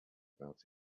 about